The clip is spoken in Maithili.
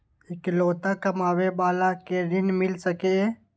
इकलोता कमाबे बाला के ऋण मिल सके ये?